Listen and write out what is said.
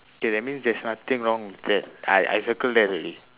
okay that means there's nothing wrong with that I I circle that already